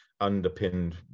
underpinned